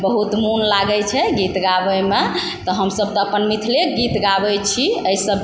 बहुत मोन लागै छै गीत गाबयमे तऽ हमसभ तऽ अपन मिथिलेके गीत गाबै छी एहिसभ